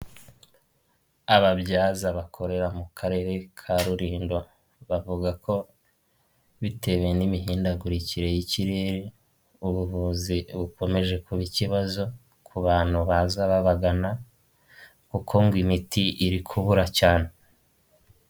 Ababyaza bakorera mu karere ka Rulindo, bavuga ko bitewe n'imihindagurikire y'ikirere, ubuvuzi bukomeje kuba ikibazo, ku bantu baza babagana, kuko ngo imiti iri kubura cyane.